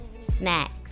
Snacks